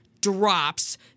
drops